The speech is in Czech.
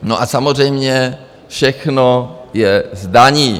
No a samozřejmě všechno je z daní.